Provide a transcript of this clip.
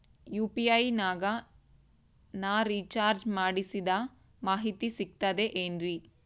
UPI ನಾಗ ನಾ recharge ಮಾಡಿಸಿದ ಮಾಹಿತಿ ಸಿಕ್ತದೆ ಏನ್ರಿ?